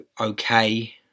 okay